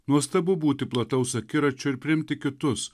nuostabu būti plataus akiračio ir priimti kitus